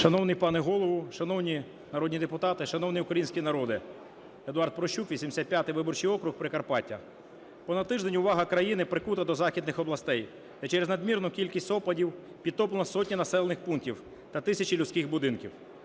Шановний пане Голово, шановні народні депутати, шановний український народе! Едуард Прощук, 85 виборчий округ, Прикарпаття. Понад тиждень увага країни прикута до західних областей, де через надмірну кількість опадів підтоплені сотні населених пунктів та тисячі людських будинків.